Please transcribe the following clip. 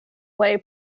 way